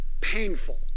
painful